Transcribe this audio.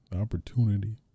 opportunity